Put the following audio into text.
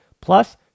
Plus